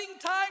time